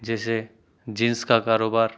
جیسے جینس کا کاروبار